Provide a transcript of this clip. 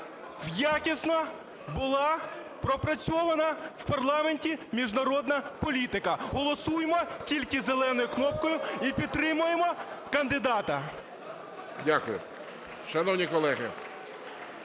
якісно була пропрацьовано в парламенті міжнародна політика. Голосуймо тільки зеленою кнопкою і підтримуємо кандидата. ГОЛОВУЮЧИЙ. Дякую. Шановні колеги!